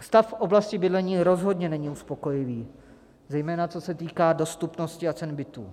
Stav v oblasti bydlení rozhodně není uspokojivý, zejména co se týká dostupnosti a cen bytů.